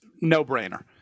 no-brainer